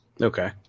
Okay